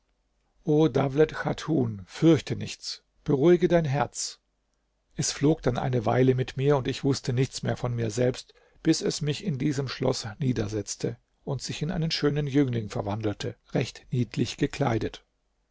chatun fürchte nichts beruhige dein herz es flog dann eine weile mit mir und ich wußte nichts mehr von mir selbst bis es mich in diesem schloß niedersetzte und sich in einen schönen jüngling verwandelte recht niedlich gekleidet